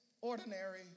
ordinary